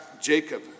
Jacob